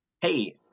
hey